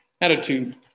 Attitude